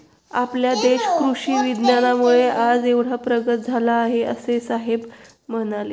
आपला देश कृषी विज्ञानामुळे आज एवढा प्रगत झाला आहे, असे साहेब म्हणाले